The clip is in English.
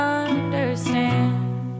understand